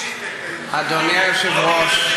אדוני היושב-ראש,